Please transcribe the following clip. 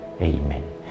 Amen